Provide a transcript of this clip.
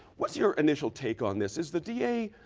what's your initial take on this? is the d a.